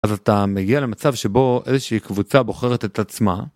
אז אתה מגיע למצב שבו איזושהי קבוצה בוחרת את עצמה.